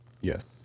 Yes